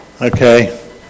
okay